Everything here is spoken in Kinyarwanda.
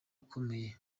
ukomeye